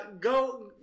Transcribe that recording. go